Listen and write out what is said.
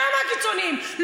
אתה מהקיצוניים,